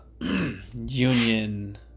union